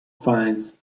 finds